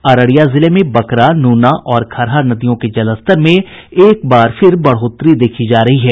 अररिया जिले में बकरा नूना और खरहा नदियों के जलस्तर में एक बार फिर बढ़ोतरी देखी जा रही है